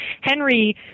Henry